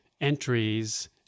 entries